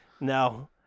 No